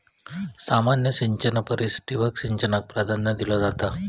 सामान्य सिंचना परिस ठिबक सिंचनाक प्राधान्य दिलो जाता